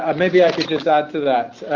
um maybe i could just add to that.